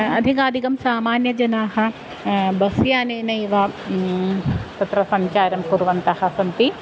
अधिकाधिकं सामान्यजनाः बस् यानेनैव तत्र सञ्चारं कुर्वन्तः सन्ति